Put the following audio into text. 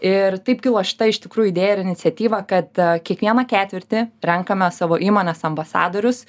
ir taip kilo šita iš tikrųjų idėja ir iniciatyva kad kiekvieną ketvirtį renkame savo įmonės ambasadorius